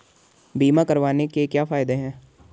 बीमा करवाने के क्या फायदे हैं?